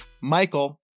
Michael